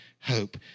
hope